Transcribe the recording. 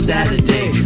Saturday